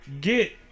get